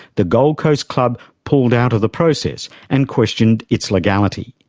the gold coast club pulled out of the process and questioned its legality.